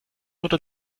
oder